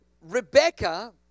Rebecca